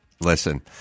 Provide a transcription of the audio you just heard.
listen